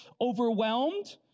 overwhelmed